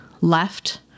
left